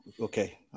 Okay